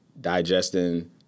digesting